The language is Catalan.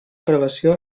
relació